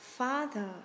Father